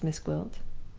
asked miss gwilt.